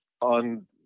on